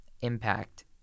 impact